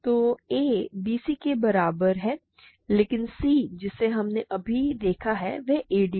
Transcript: तो a bc के बराबर है लेकिन c जिसे हमने अभी देखा है वह ad है